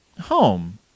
home